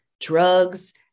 drugs